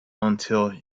until